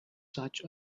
such